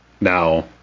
Now